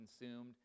consumed